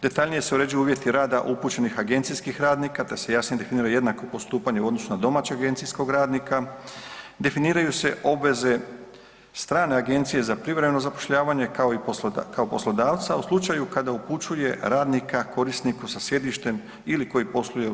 Detaljnije se uređuju uvjeti rada upućenih agencijskih radnika te se jasnije definiraju jednako postupanje u odnosu na domaćeg agencijskog radnika, definiraju se obaveze strane agencije za privremeno zapošljavanje, kao poslodavca u slučaju kada upućuje radnika korisniku sa sjedištem ili koji posluje u RH.